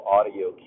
Audio